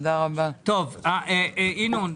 ינון,